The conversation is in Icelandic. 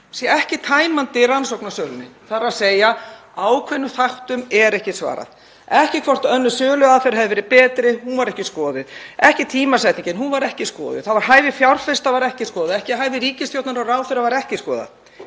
sé ekki tæmandi rannsókn á sölunni, þ.e. ákveðnum þáttum er ekki svarað. Ekki hvort önnur söluaðferð hefði verið betri, hún var ekki skoðuð. Ekki tímasetningin, hún var ekki skoðuð. Þá var hæfi fjárfesta ekki skoðað. Hæfi ríkisstjórnar og ráðherrans var ekki skoðað